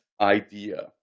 idea